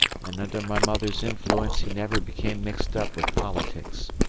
and under my mother's influence he never became mixed up with politics.